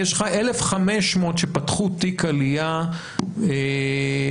יש לך 1,500 שפתחו תיק עלייה בסוכנות,